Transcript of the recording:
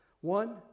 One